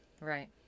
Right